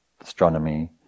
astronomy